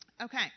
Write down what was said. Okay